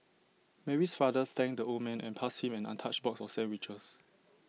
Mary's father thanked the old man and passed him an untouched box of sandwiches